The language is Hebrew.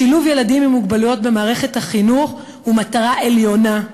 שילוב ילדים עם מוגבלויות במערכת החינוך הוא מטרה עליונה.